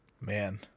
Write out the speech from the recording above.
Man